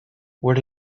where